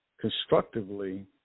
constructively